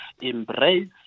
embrace